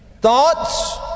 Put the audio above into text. Thoughts